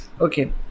Okay